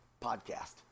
podcast